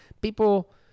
people